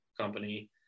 company